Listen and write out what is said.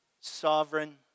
sovereign